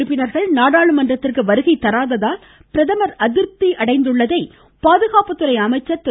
உறுப்பினர்கள் நாடாளுமன்றத்திற்கு வருகை தராததால் பிரதமர் அதிருப்தி பிஜேபி அடைந்துள்ளதை பாதுகாப்புத்துறை அமைச்சர் திரு